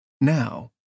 Now